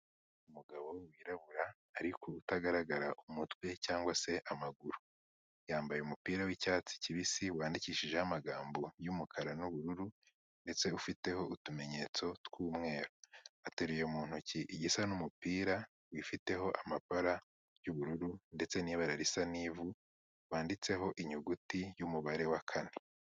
Umugabo wirabura ariko utagaragara umutwe cyangwa se amaguru. Yambaye umupira w'icyatsi kibisi wandikishijeho amagambo y'umukara n'ubururu ndetse ufiteho utumenyetso tw'umweru. Ateruye mu ntoki igisa n'umupira wifiteho amabara y'ubururu ndetse n'ibara risa n'ivu, wanditseho inyuguti y'umubare wa kane